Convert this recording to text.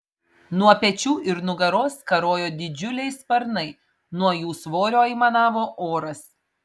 nuo pečių ir nugaros karojo didžiuliai sparnai nuo jų svorio aimanavo oras